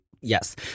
Yes